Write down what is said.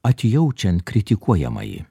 atjaučiant kritikuojamąjį